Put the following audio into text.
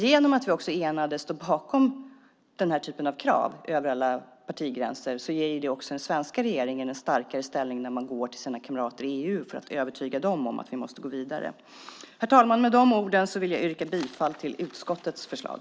Genom att vi står enade bakom den här typen av krav över alla partigränser ger det den svenska regeringen en starkare ställning när den går till sina kamrater i EU för att övertyga dem om att vi måste gå vidare. Herr talman! Med de orden vill jag yrka bifall till utskottets förslag.